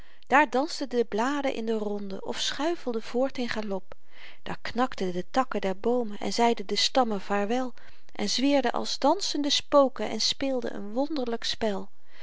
daar dansten de bladen in de ronde of schuifelden voort in galop daar knakten de takken der boomen en zeiden de stammen vaarwel en zwierden als dansende spoken en speelden een wonderlyk spel